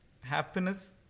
happiness